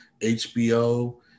HBO